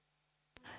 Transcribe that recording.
kiitos